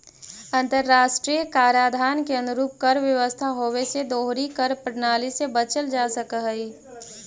अंतर्राष्ट्रीय कराधान के अनुरूप कर व्यवस्था होवे से दोहरी कर प्रणाली से बचल जा सकऽ हई